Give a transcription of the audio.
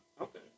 Okay